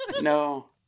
No